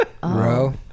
Bro